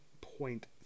point